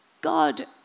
God